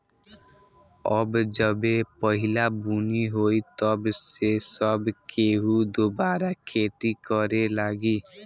अब जबे पहिला बुनी होई तब से सब केहू दुबारा खेती करे लागी